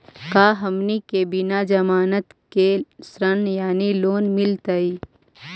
का हमनी के बिना जमानत के ऋण यानी लोन मिलतई?